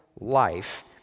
life